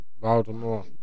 Baltimore